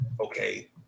okay